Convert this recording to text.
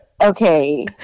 Okay